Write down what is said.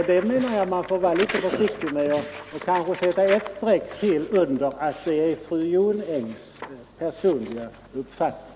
Jag menar att man får vara litet försiktig och kanske sätta ett streck till under att det är fru Jonängs personliga uppfattning.